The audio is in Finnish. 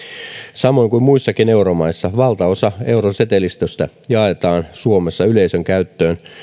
samoin kuin muissakin euromaissa valtaosa eurosetelistöstä jaetaan suomessa yleisön käyttöön